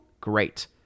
great